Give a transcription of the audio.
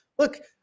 Look